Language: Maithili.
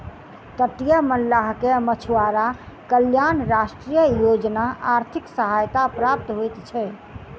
तटीय मल्लाह के मछुआरा कल्याण राष्ट्रीय योजना आर्थिक सहायता प्राप्त होइत छै